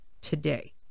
today